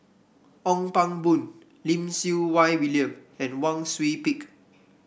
Ong Pang Boon Lim Siew Wai William and Wang Sui Pick